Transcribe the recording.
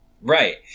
Right